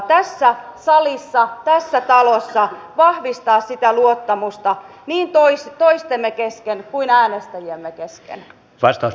mutta tärkeintä on todeta että jokaisesta työstä pitäisi myöskin maksaa viime kädessä palkkaa